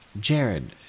Jared